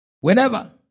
Whenever